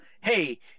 hey